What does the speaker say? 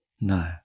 no